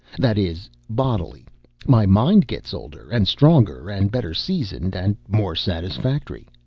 that is, bodily my mind gets older, and stronger, and better seasoned, and more satisfactory.